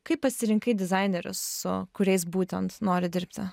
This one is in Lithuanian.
kaip pasirinkai dizainerius su kuriais būtent nori dirbti